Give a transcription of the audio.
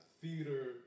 theater